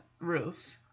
roof